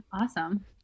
awesome